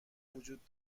وجود